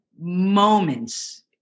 moments